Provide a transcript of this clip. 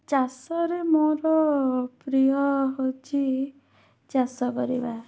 ଚାଷରେ ମୋର ପ୍ରିୟ ହେଉଛି ଚାଷ କରିବା